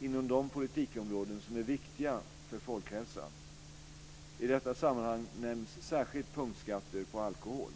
inom de politikområden som är viktiga för folkhälsan. I detta sammanhang nämns särskilt punktskatter på alkohol.